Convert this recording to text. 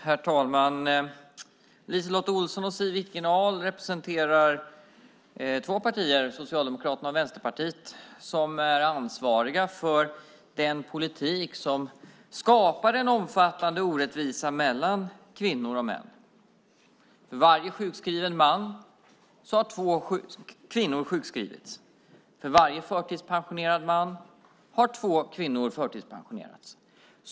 Herr talman! LiseLotte Olsson och Siw Wittgren-Ahl representerar två partier, Socialdemokraterna och Vänsterpartiet, som är ansvariga för den politik som skapade den omfattande orättvisan mellan kvinnor och män. För varje sjukskriven man har två kvinnor sjukskrivits. För varje förtidspensionerad man har två kvinnor förtidspensionerats.